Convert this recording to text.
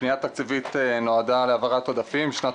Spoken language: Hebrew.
הפנייה התקציבית נועדה להעברת עודפים משנת